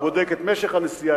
את משך הנסיעה,